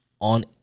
on